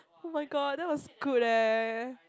oh-my-god that was good eh